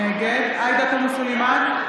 נגד עאידה תומא סלימאן,